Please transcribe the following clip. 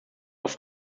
auf